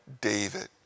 David